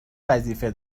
وظیفه